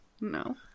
no